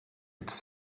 its